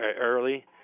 early